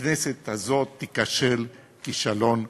הכנסת הזאת תיכשל כישלון חרוץ,